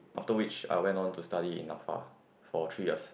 after which I went on to study in NAFA for three years